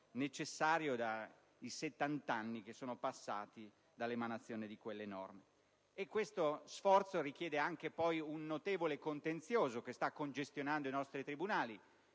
necessario dai settant'anni che sono passati dall'emanazione di quelle norme. Tale sforzo comporta anche un notevole contenzioso, che sta congestionando i nostri tribunali;